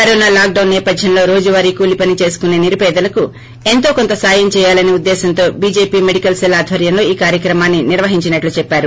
corona lockdown నేపథ్యంలో రోజు వారీ కూలీ పని చేసుకునే నిరుపేదలకు ఎంతో కొంత సాయం చేయాలసే ఉద్దేశ్వంతో బీజేపీ మెడికల్ సెల్ ఆధ్వర్యంలో ఈ కార్యక్రమాన్ని నిర్వహించినట్లు చెప్పారు